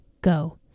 Go